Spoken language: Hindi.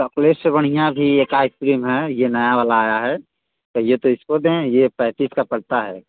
चॉकलेट से बढ़िया अभी एक आइस क्रीम है ये नया वाला आया है चाहिए तो इसको दें ये पैंतीस का पड़ता है